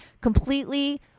completely